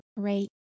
great